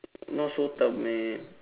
not so tough meh